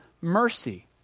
mercy